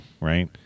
right